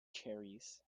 cherries